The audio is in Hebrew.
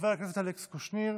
חבר הכנסת אלכס קושניר.